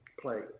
play